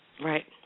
right